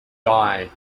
die